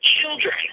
children